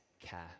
care